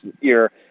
year